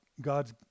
God's